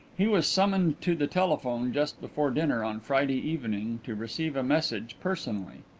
he was summoned to the telephone just before dinner on friday evening to receive a message personally.